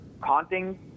haunting